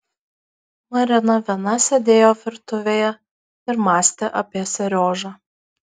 marina viena sėdėjo virtuvėje ir mąstė apie seriožą